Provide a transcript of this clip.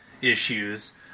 issues